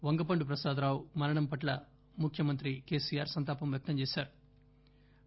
వంగపండు ప్రసాదరావు మరణం పట్ల ముఖ్యమంత్రి కేసీఆర్ సంతాపం వ్యక్తం చేశారు